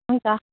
हुन्छ